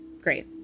great